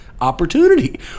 opportunity